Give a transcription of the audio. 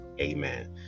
Amen